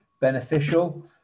beneficial